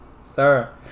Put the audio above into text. sir